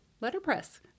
letterpress